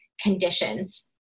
conditions